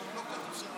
על מה אתה מדבר?